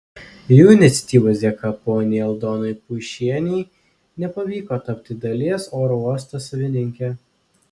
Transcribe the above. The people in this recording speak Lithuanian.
jų iniciatyvos dėka poniai aldonai puišienei nepavyko tapti dalies oro uosto savininke